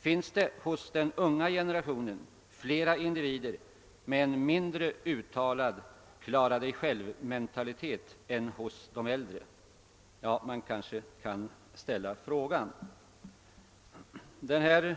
Finns det inom den unga generationen flera individer med en mindre uttalad klara-dig-självmentalitet än hos de äldre? Frågan kan som sagt ställas. Den